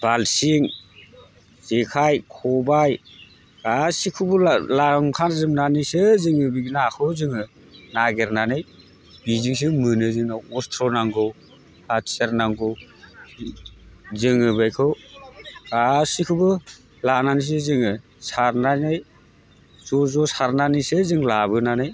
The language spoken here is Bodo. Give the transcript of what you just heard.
बाल्थिं जेखाय खबाय गासिखौबो लांखा जोबनानैसो जोङो नाखौ जोङो नायगिरनानै बिजोंसो मोनो जोंनो असथ्र नांगौ हाथियार नांगौ जोङो बेखौ गासिखौबो लानानैसो जोङो सारनानै ज' ज' सारनानैसो जों लाबोनानै